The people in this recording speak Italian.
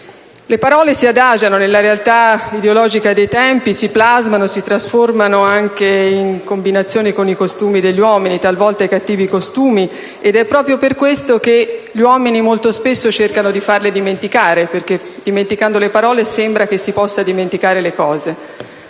«Le parole si adagiano nella realtà ideologica dei tempi, si plasmano e si trasformano», anche in combinazione con i costumi degli uomini e talvolta con i cattivi costumi. E proprio per questo gli uomini molto spesso cercano di far dimenticare le parole, perché dimenticando le parole sembra che si possano dimenticare le cose.